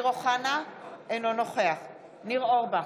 אינו נוכח ניר אורבך,